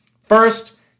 First